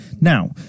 Now